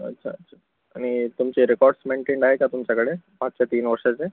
अच्छा अच्छा आणि तुमचे रेकॉर्ड्स मेंटेन आहे का तुमच्याकडे मागच्या तीन वर्षाचे